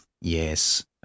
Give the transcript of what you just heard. Yes